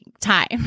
time